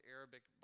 Arabic